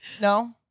No